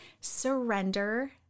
surrender